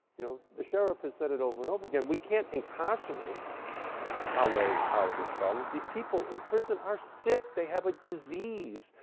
you know, the sheriff has said it over and over again, we can't incarcerate our way out of this problem. these people in prison are sick, they have a disease,